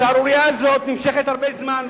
השערורייה הזאת נמשכת הרבה זמן,